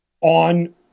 on